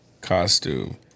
costume